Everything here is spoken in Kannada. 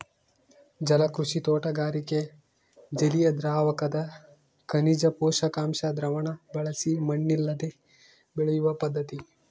ಜಲಕೃಷಿ ತೋಟಗಾರಿಕೆ ಜಲಿಯದ್ರಾವಕದಗ ಖನಿಜ ಪೋಷಕಾಂಶ ದ್ರಾವಣ ಬಳಸಿ ಮಣ್ಣಿಲ್ಲದೆ ಬೆಳೆಯುವ ಪದ್ಧತಿ